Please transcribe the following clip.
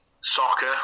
soccer